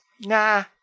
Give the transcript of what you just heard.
nah